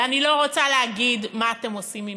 ואני לא רוצה להגיד מה אתם עושים ממנה,